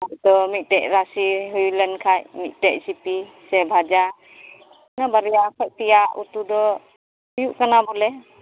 ᱦᱚᱭᱛᱳ ᱢᱤᱫᱴᱮᱱ ᱨᱟᱥᱮ ᱦᱩᱭ ᱞᱮᱱᱠᱷᱟᱱ ᱢᱤᱫᱴᱮᱱ ᱥᱤᱯᱤ ᱥᱮ ᱵᱷᱟᱡᱟ ᱵᱟᱨᱭᱟ ᱠᱷᱚᱱ ᱯᱮᱭᱟ ᱩᱛᱩ ᱫᱚ ᱦᱩᱭᱩᱜ ᱠᱟᱱᱟ ᱵᱚᱞᱮ